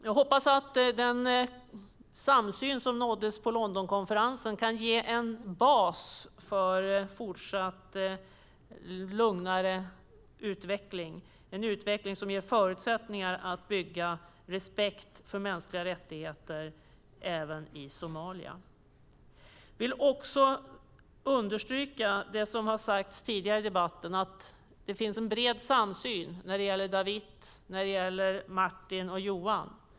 Jag hoppas att den samsyn som nåddes på Londonkonferensen kan bli en bas för en fortsatt lugnare utveckling som ger förutsättningar för att bygga respekt för mänskliga rättigheter också i Somalia. Jag vill understryka det som har sagts tidigare i debatten när det gäller Dawit, Martin och Johan.